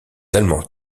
allemands